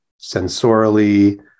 sensorily